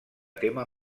tema